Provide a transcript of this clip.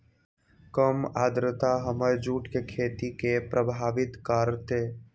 कम आद्रता हमर जुट के खेती के प्रभावित कारतै?